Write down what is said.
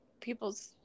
people's